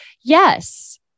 yes